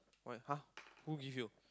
why !huh! who give you